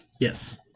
Yes